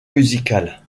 musicales